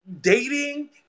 dating